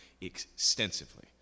extensively